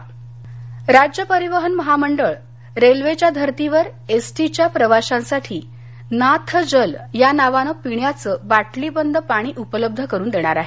नाथजल राज्य परिवहन महामंडळ रेल्वेच्या धर्तीवर एसटीच्या प्रवाशांसाठी नाथ जल या नावानं पिण्याचं बाटलीबंद पाणी उपलब्ध करून देणार आहे